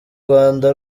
rwanda